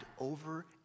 over